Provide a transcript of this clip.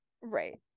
Right